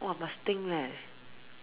!wah! must think leh